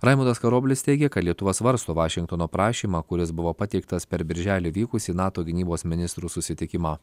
raimundas karoblis teigė kad lietuva svarsto vašingtono prašymą kuris buvo pateiktas per birželį vykusį nato gynybos ministrų susitikimą